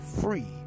free